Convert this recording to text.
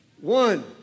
one